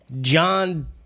John